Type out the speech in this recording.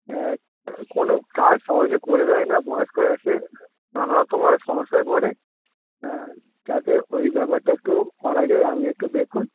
কোনো কাজ সহজে করে দেয় না বয়স্কর এসে নানা রকম আর সমস্যায় পড়ে যাতে ওই ব্যাপারটা একটু করা যায় আপনি একটু দেখুন